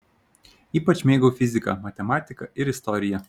ypač mėgau fiziką matematiką ir istoriją